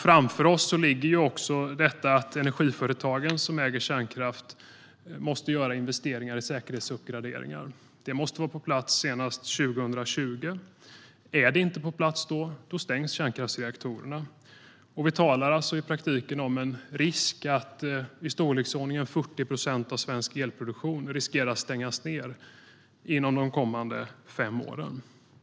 Framför oss ligger också detta att energiföretagen som äger kärnkraft måste göra investeringar i säkerhetsuppgraderingar. De måste vara på plats senast 2020. Är de inte på plats då, stängs kärnkraftsreaktorerna. I praktiken talar vi alltså om en risk för att i storleksordningen 40 procent av svensk elproduktion läggs ned inom de kommande fem åren.